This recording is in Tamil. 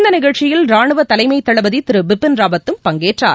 இந்த நிகழ்ச்சியில் ரானுவ தலைமை தளபதி திரு பிபின் ராவத்தும் பங்கேற்றார்